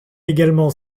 également